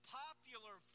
popular